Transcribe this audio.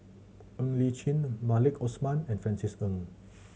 Ng Li Chin Maliki Osman and Francis Ng